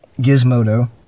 Gizmodo